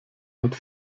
hat